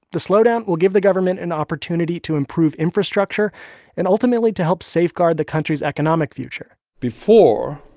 the slowdown will give the government an opportunity to improve infrastructure and, ultimately, to help safeguard the country's economic future before,